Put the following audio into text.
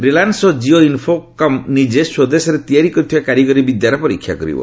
Reliance Jio Infocomm ନିଜେ ସ୍ପଦେଶରେ ତିଆରି କରିଥିବା କାରିଗରୀ ବିଦ୍ୟାର ପରୀକ୍ଷା କରିବ